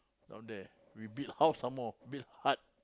down there we build house some more build hut